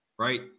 Right